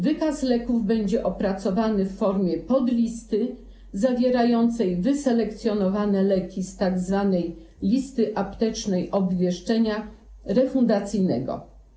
Wykaz leków będzie opracowany w formie podlisty zawierającej wyselekcjonowane leki z tzw. listy aptecznej obwieszczenia refundacyjnego.